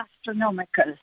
astronomical